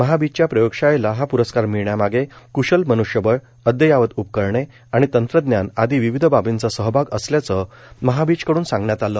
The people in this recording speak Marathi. महाबीजच्या प्रयोगशाळेला हा प्रस्कार मिळण्यामागे क्शल मन्ष्यबळ अद्ययावत उपकरणे आणि तंत्रज्ञान आदी विविध बाबींचा सहभाग असल्याचं महाबीज कडून सांगण्यात आलं